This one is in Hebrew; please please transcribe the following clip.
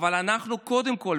אבל אנחנו קודם כול,